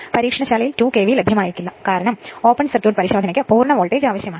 പരീക്ഷണശാലയിൽ 2 KV ലഭ്യമായേക്കില്ല കാരണം open circuit പരിശോധനയ്ക്ക് പൂർണ്ണ വോൾട്ടേജ് ആവശ്യമാണ്